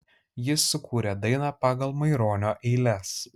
jis sukūrė dainą pagal maironio eiles